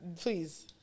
Please